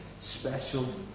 special